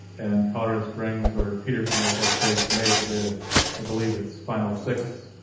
ann carter springs or peterson air force base made the i believe it's final six.